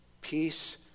peace